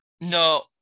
No